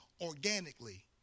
organically